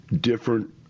different